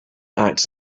acts